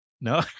no